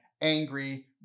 angry